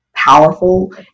Powerful